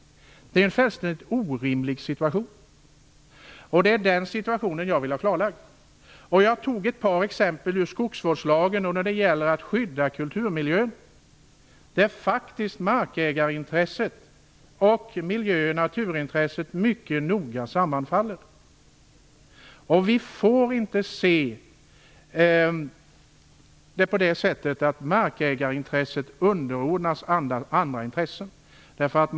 Det är en fullständigt orimlig situation. Det är den situationen jag vill ha klarlagd. Jag tog ett par exempel ur skogsvårdslagen när det gäller att skydda kulturmiljön där markägarintresset och miljö och naturintresset mycket noga sammanfaller. Vi får inte se det på det sättet att markägarintresset underordnas andra intressen.